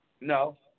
No